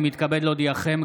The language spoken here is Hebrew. אני מתכבד להודיעכם,